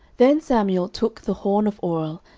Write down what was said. then samuel took the horn of oil,